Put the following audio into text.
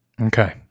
Okay